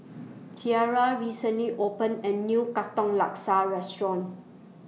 Tierra recently opened A New Katong Laksa Restaurant